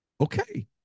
Okay